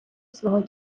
свого